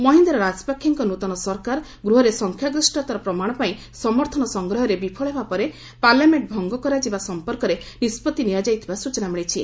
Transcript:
ମହିନ୍ଦା ରାଜପାକ୍ଷେଙ୍କ ନ୍ତନ ସରକାର ଗୃହରେ ସଂଖ୍ୟାଗରିଷତାର ପ୍ରମାଣ ପାଇଁ ସମର୍ଥନ ସଂଗ୍ରହରେ ବିଫଳ ହେବା ପରେ ପାର୍ଲାମେଣ୍ଟ ଭଙ୍ଗ କରାଯିବା ସମ୍ପର୍କରେ ନିଷ୍ପଭି ନିଆଯାଇଥିବା ସ୍ଟଚନା ମିଳିଛି